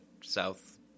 south